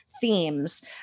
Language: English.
themes